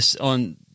on